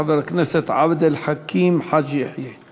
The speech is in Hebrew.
חבר הכנסת עבד אל חכים חאג' יחיא.